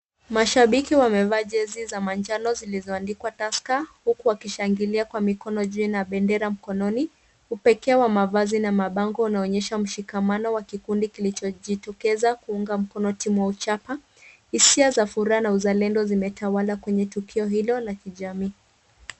Mashabiki wamevaa jezi za manjano zilizoandikwa Tusker huku wakishangilia kwa mikono juu na bendera mkononi. Upekee wa mavazi na mabango unaonyesha mshikamano wa kikundi kilichojitokeza kuunga mkono timu wa uchapa. Hisia za furaha na uzalendo zimetawala kwenye tukio hilo la kijamii.